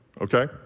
Okay